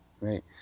Right